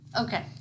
Okay